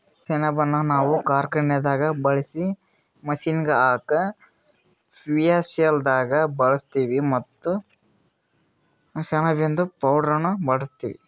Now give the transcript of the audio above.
ಸೆಣಬನ್ನ ನಾವ್ ಕಾರ್ಖಾನೆದಾಗ್ ಬಳ್ಸಾ ಮಷೀನ್ಗ್ ಹಾಕ ಫ್ಯುಯೆಲ್ದಾಗ್ ಬಳಸ್ತೀವಿ ಮತ್ತ್ ಸೆಣಬಿಂದು ಪೌಡರ್ನು ಮಾಡ್ತೀವಿ